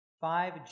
Five